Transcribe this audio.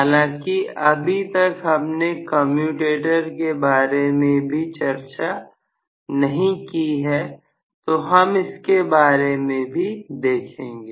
हालांकि अभी तक हमने कमयुटेटर के बारे में भी चर्चा नहीं की है तो हम इसके बारे में भी देखेंगे